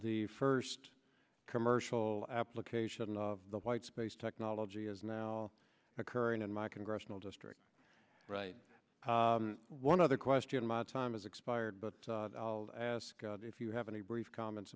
the first commercial application of the white space technology is now occurring in my congressional district right one other question my time is expired but i'll ask if you have any brief comments